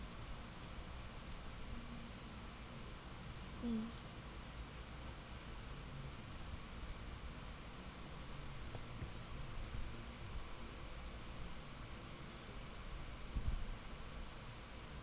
mm